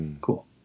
Cool